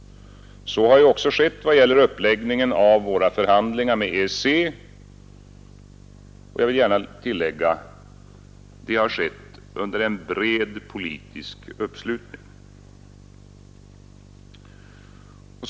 Så har ju också skett i vad gäller uppläggningen av våra förhandlingar med EEC — under en bred politisk uppslutning vill jag tillägga.